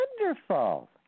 Wonderful